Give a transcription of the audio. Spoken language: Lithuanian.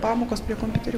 pamokos prie kompiuterių